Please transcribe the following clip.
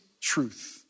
truth